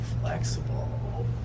Flexible